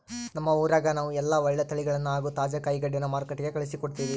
ನಮ್ಮ ಊರಗ ನಾವು ಎಲ್ಲ ಒಳ್ಳೆ ತಳಿಗಳನ್ನ ಹಾಗೂ ತಾಜಾ ಕಾಯಿಗಡ್ಡೆನ ಮಾರುಕಟ್ಟಿಗೆ ಕಳುಹಿಸಿಕೊಡ್ತಿವಿ